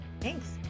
Thanks